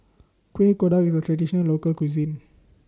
Kueh Kodok IS A Traditional Local Cuisine